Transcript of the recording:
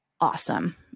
awesome